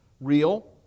real